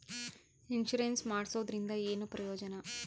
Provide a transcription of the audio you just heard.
Insurance ಮಾಡ್ಸೋದರಿಂದ ಏನು ಪ್ರಯೋಜನ?